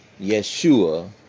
Yeshua